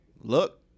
Look